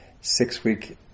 six-week